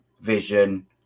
vision